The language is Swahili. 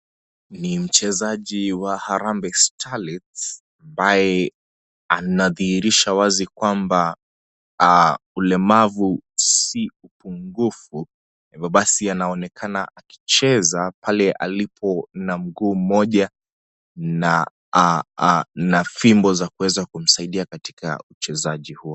Ni mchezaji wa Harambe Startlet ambaye anadhihirisha wazi kwamba ulemavu si upungufu hivyo basi anaonekana akicheza pale alipo na mguu mmoja na fimbo za kuweza kumsaidia katika uchezaji huo.